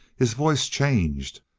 his voice changed,